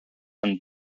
and